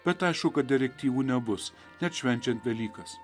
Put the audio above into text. bet aišku kad direktyvų nebus net švenčiant velykas